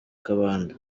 kabanda